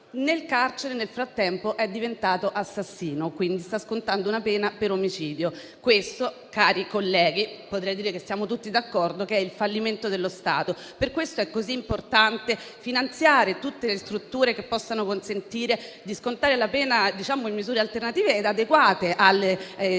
nel carcere, nel frattempo, è diventato assassino, quindi sta scontando una pena per omicidio. Questo, cari colleghi, penso che possiamo essere tutti d'accordo nel dire che è il fallimento dello Stato. Per questo è così importante finanziare tutte le strutture che consentano di scontare la pena tramite misure alternative, adeguate alle criticità